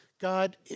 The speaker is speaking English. God